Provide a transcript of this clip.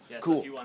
Cool